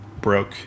broke